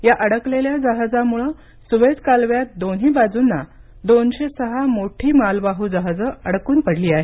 या अडकलेल्या जहाजामुळे सुवेझ कालव्यात दोन्ही बाजूंना दोनशे सहा मोठी मालवाहू जहाजं अडकून पडली आहेत